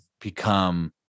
become